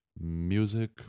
music